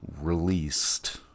released